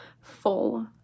full